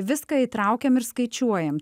viską įtraukiam ir skaičiuojam